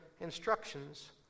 instructions